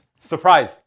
Surprise